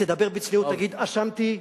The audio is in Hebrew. תדבר בצניעות ותגיד: אשמתי,